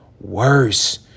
worse